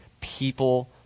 people